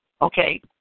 okay